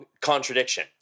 contradiction